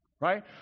Right